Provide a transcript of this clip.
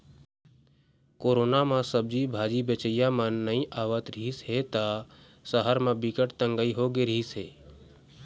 corona म सब्जी भाजी बेचइया मन नइ आवत रिहिस ह त सहर म बिकट तंगई होगे रिहिस हे